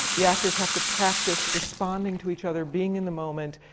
the actors have to practice responding to each other, being in the moment,